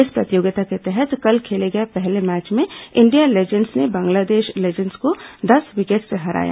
इस प्रतियोगिता के तहत कल खेले गए पहले मैच में इंडिया लीजेंड्स ने बांग्लादेश लीजेंड्स को दस विकेट से हराया